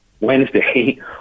Wednesday